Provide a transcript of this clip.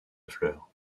fleurs